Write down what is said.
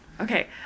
Okay